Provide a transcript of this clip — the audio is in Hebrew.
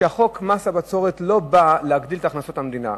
שחוק מס הבצורת לא בא להגדיל את הכנסות המדינה.